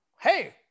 hey